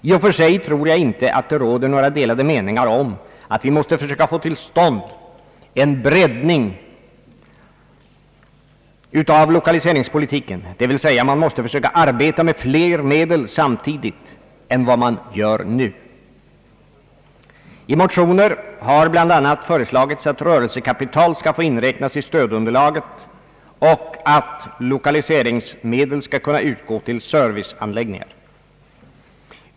I och för sig tror jag inte att det råder några delade meningar om att vi måste försöka få till stånd en breddning av lokaliseringspolitiken, dvs. man måste försöka arbeta med fler medel samtidigt än vad man gör nu. I motionen har bl.a. föreslagits att rörelsekapital skall få inräknas i stödunderlaget och att lokaliseringsmedel skall kunna utgå till serviceanläggningar.